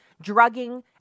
drugging